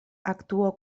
actuó